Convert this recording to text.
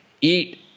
eat